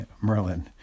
Merlin